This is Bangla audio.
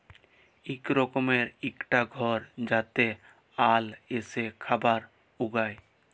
ইক রকমের ইকটা ঘর যাতে আল এসে খাবার উগায়